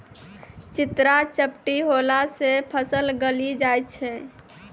चित्रा झपटी होला से फसल गली जाय छै?